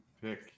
pick